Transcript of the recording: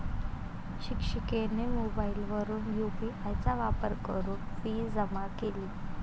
शिक्षिकेने मोबाईलवरून यू.पी.आय चा वापर करून फी जमा केली